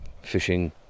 fishing